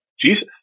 Jesus